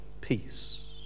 peace